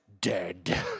dead